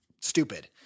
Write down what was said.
Stupid